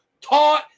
taught